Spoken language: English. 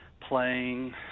playing